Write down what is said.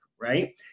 right